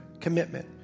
commitment